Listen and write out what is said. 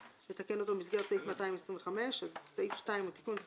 לתקן אותו במסגרת סעיף 225. סעיף 2 לתיקון הוא